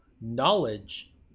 knowledge